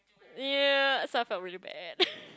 ya so I felt really bad